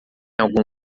algum